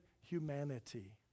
humanity